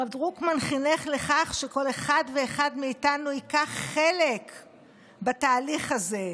הרב דרוקמן חינך לכך שכל אחד ואחד מאיתנו ייקח חלק בתהליך הזה.